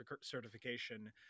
certification